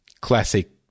classic